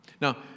Now